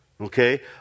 Okay